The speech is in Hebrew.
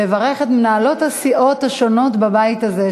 לברך את מנהלות הסיעות בבית הזה,